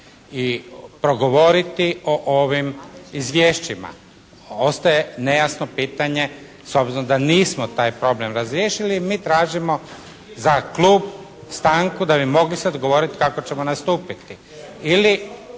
i progovoriti o ovim izvješćima. Ostaje nejasno pitanje, s obzirom da nismo problem razriješili mi tražimo za klub stanku da bi mogli se dogovoriti kako ćemo nastupiti.